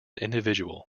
individual